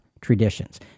traditions